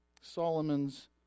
Solomon's